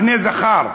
בנים זכרים,